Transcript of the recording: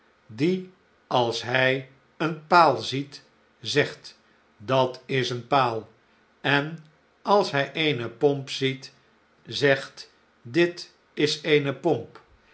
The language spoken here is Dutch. die als hij een paal ziet zegt dat is een paal en als hij eene pomp ziet zegt dat is eene pomp